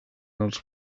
els